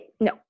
no